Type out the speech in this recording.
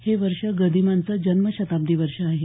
हे वर्ष गदिमांचं जन्मशताब्दी वर्ष आहे